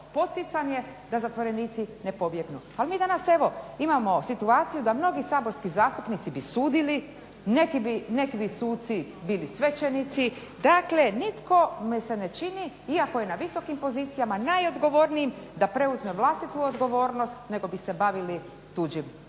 poticanje da zatvorenici ne pobjegnu. Ali mi danas evo imamo situaciju da mnogi saborski zastupnici bi sudili, neki bi suci bili svećenici. Dakle, nikome se ne čini iako je na visokim pozicijama, najodgovornijim da preuzme vlastitu odgovornost nego bi se bavili tuđim